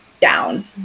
down